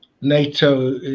NATO